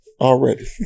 Already